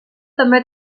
també